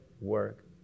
work